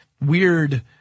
weird